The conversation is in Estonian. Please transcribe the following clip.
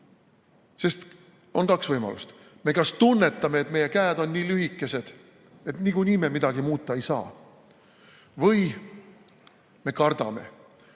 Sest on kaks võimalust: me kas tunnetame, et meie käed on nii lühikesed, et niikuinii me midagi muuta ei saa, või me kardame. Me seame